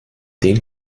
den